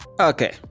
okay